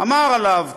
אמר עליו,